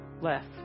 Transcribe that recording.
left